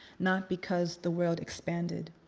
not because the world expanded